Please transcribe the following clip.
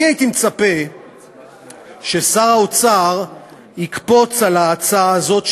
אני הייתי מצפה ששר האוצר יקפוץ על ההצעה הזאת,